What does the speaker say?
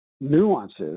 nuances